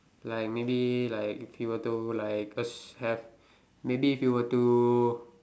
like maybe like if you were to like as~ have maybe if you were to